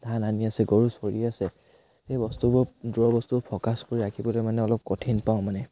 ধান আনি আছে গৰু চৰি আছে সেই বস্তুবোৰ দূৰৰ বস্তু ফ'কাছ কৰি ৰাখিবলৈ মানে অলপ কঠিন পাওঁ মানে